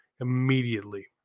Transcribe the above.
immediately